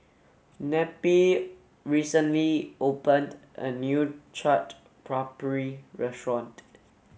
neppie recently opened a new Chaat Papri restaurant